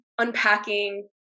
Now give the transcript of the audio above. unpacking